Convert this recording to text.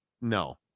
no